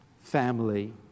family